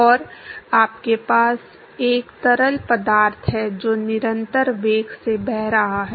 और आपके पास एक तरल पदार्थ है जो निरंतर वेग से बह रहा है